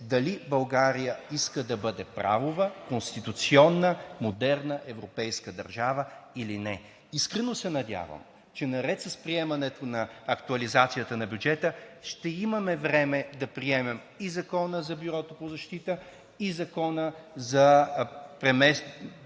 дали България иска да бъде правова, конституционна, модерна европейска държава или не. Искрено се надявам, че наред с приемането на актуализацията на бюджета ще имаме време да приемем и Закона за Бюрото по защита, и Закона за